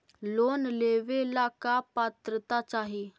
Loan लेवेला का पात्रता चाही?